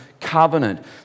Covenant